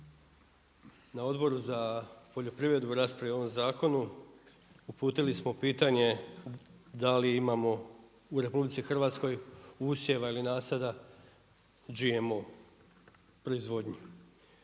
na Odboru za poljoprivredu u raspravi o ovom zakonu, uputili smo pitanje da li imamo u RH usjeva ili nasada GMO proizvodnje.